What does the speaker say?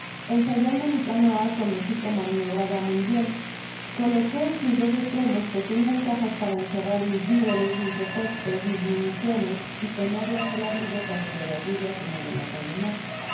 ensayando mi canoa conoci que maniobraba muy bien coloqué en sus dos estremos pequeñas cajas para encerrar mis viveres mis efectos mis municiones y tenerlas al abrigo tanto de la lluvia como del agua del mar